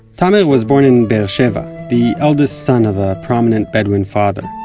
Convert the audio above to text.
tamer was born in be'er sheva. the eldest son of a prominent bedouin father.